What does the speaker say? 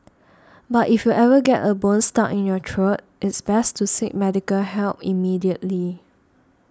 but if you ever get a bone stuck in your throat it's best to seek medical help immediately